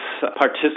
participate